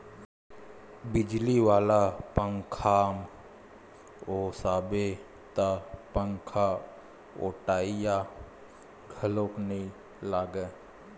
बिजली वाला पंखाम ओसाबे त पंखाओटइया घलोक नइ लागय